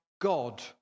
God